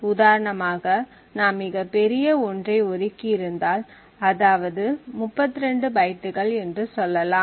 உதாரணமாக நாம் மிகப் பெரிய ஒன்றை ஒதுக்கியிருந்தால் அதாவது 32 பைட்டுகள் என்று சொல்லலாம்